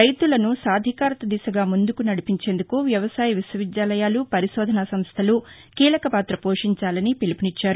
రైతులను సాధికారిత దిశగా ముందుకు నడిపించేందుకు వ్యవసాయ విశ్వవిద్యాలయాలు పరిశోధన సంస్థలు కీలకపాత పోషించాలని పిలుపునిచ్చారు